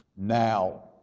now